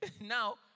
Now